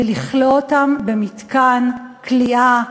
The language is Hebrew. ולכלוא אותם במתקן כליאה,